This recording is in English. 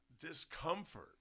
discomfort